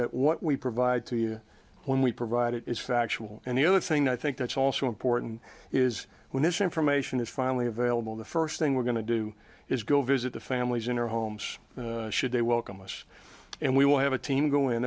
that what we provide to you when we provide it is factual and the other thing i think that's also important is when this information is finally available the first thing we're going to do is go visit the families in our homes should they welcome us and we will have a team go